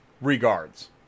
Regards